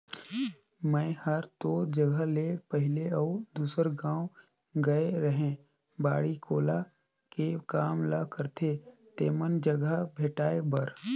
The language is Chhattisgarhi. मेंए हर तोर जगह ले पहले अउ दूसर गाँव गेए रेहैं बाड़ी कोला के काम ल करथे तेमन जघा भेंटाय बर